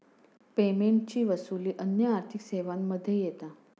पेमेंटची वसूली अन्य आर्थिक सेवांमध्ये येता